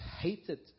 hated